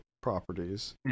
properties